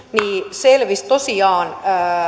selvisi tosiaan